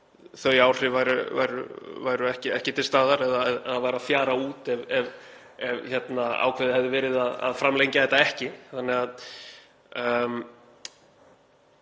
Þau áhrif væru ekki til staðar eða væru að fjara út ef ákveðið hefði verið að framlengja þetta ekki. Annars